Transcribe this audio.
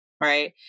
right